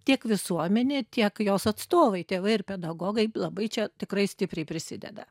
tiek visuomenė tiek jos atstovai tėvai ir pedagogai labai čia tikrai stipriai prisideda